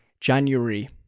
January